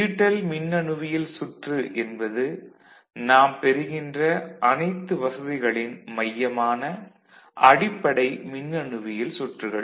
digital மின்னணுவியல் சுற்று என்பது நாம் பெறுகின்ற அனைத்து வசதிகளின் மையமான அடிப்படை மின்னணுவியல் சுற்றுகள்